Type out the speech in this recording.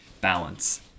balance